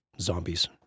zombies